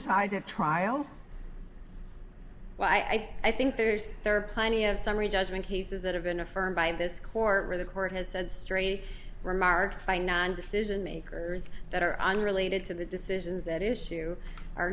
of trial well i think there's there are plenty of summary judgment cases that have been a firm by this court where the court has said straight remarks by nine decision makers that are unrelated to the decisions that is